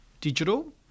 digital